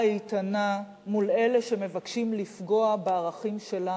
איתנה מול אלה שמבקשים לפגוע בערכים שלנו,